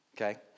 Okay